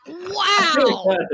Wow